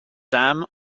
dam